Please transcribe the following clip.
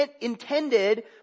intended